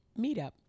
meetup